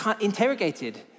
interrogated